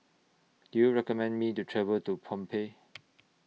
Do YOU recommend Me to travel to Phnom Penh